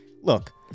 Look